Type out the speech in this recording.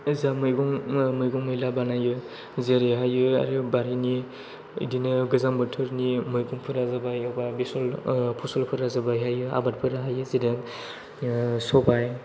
जों मैगं मैगं मैला बानायो जेरैहाय आरो बारिनि बिदिनो गोजां बोथोरफोरनि मैगंफोरा जाबाय एबा बेसर फसलफोरा जाबाय आबादफोराहाय जेरै सबाय